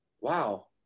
wow